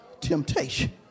temptation